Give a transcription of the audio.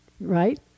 right